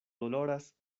doloras